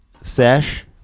sesh